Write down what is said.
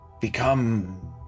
become